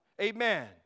Amen